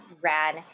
ran